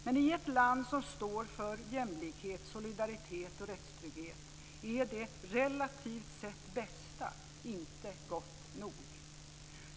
Men i ett land som står för jämlikhet, solidaritet och rättstrygghet är det relativt sett bästa inte gott nog.